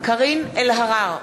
קארין אלהרר,